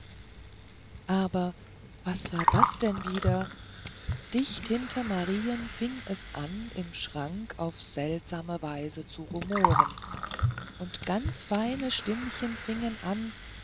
aber was war denn das wieder dicht hinter marien fing es an im schrank auf seltsame weise zu rumoren und ganz feine stimmchen fingen an